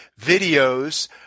videos